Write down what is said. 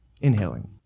inhaling